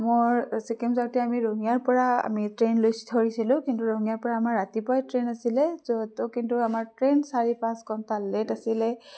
মোৰ ছিক্কিম যাওঁতে আমি ৰঙিয়াৰ পৰা আমি ট্ৰেইন লৈ ধৰিছিলোঁ কিন্তু ৰঙিয়াৰপৰা আমাৰ ৰাতিপুৱাই ট্ৰেইন আছিলে তহ তহ কিন্তু আমাৰ ট্ৰেইন চাৰি পাঁচ ঘণ্টা লেট আছিলে